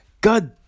God